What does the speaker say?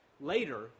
later